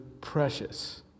precious